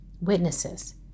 witnesses